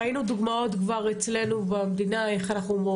ראינו דוגמאות כאלה בצהרונים,